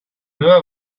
meva